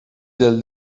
del